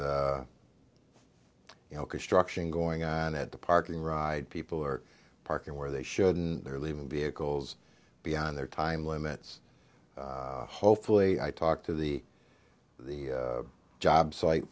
with you know construction going on at the parking ride people are parking where they shouldn't they're leaving vehicles beyond their time limits hopefully i talked to the the job site